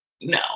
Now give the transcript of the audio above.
no